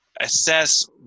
assess